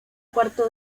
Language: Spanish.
cuarto